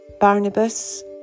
Barnabas